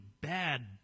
bad